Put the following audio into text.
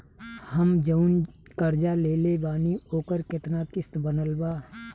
हम जऊन कर्जा लेले बानी ओकर केतना किश्त बनल बा?